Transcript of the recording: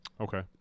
Okay